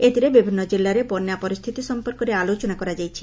ଏଥିରେ ବିଭିନ୍ନ କିଲ୍ଲାରେ ବନ୍ୟା ପରିସ୍ଚିତି ସଂପର୍କରେ ଆଲୋଚନା କରାଯାଇଛି